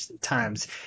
times